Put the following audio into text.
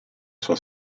sua